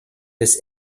des